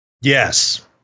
Yes